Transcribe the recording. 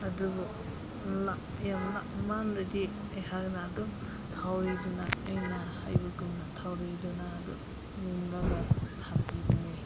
ꯑꯗꯨꯕꯨ ꯌꯥꯝ ꯂꯥꯞꯃꯜꯂꯗꯤ ꯑꯩꯍꯥꯛꯅ ꯑꯗꯨꯝ ꯊꯧꯔꯤꯗꯨꯅ ꯑꯩꯅ ꯍꯥꯏꯕꯒꯨꯝꯅ ꯊꯧꯔꯤꯗꯨꯅ ꯑꯗꯨ ꯄꯨꯜꯂꯒ ꯊꯝꯕꯤꯕꯅꯦ